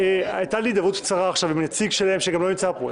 הייתה לי הידברות קצרה עכשיו עם נציג שלהם שגם לא נמצא פה,